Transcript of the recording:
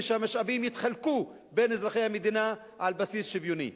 ושהמשאבים יתחלקו בין אזרחי המדינה על בסיס שוויוני.